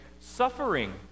suffering